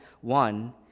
One